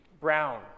Brown